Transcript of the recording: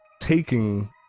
taking